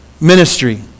ministry